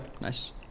Nice